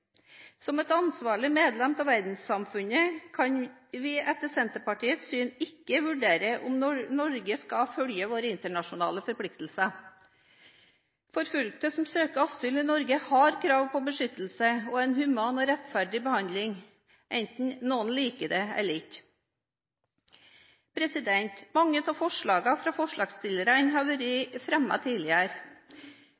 Som et ansvarlig medlem av verdenssamfunnet, kan vi etter Senterpartiets syn ikke vurdere om Norge skal følge sine internasjonale forpliktelser. Forfulgte som søker asyl i Norge, har krav på beskyttelse og en human og rettferdig behandling, enten noen liker det eller ikke. Mange av forslagene fra forslagsstillerne har vært